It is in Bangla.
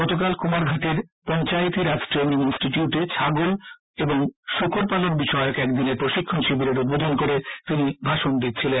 গতকাল কুমারঘাটের পঞ্চায়েতীরাজ ট্রেনিং ইনস্টিটিউটে ছাগল ও শৃকর পালন বিষয়ক একদিনের প্রশিক্ষণ শিবিরের উদ্বোধন করে তিনি ভাষণ দিচ্ছিলেন